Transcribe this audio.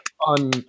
on